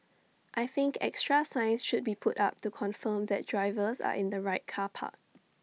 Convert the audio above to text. I think extra signs should be put up to confirm that drivers are in the right car park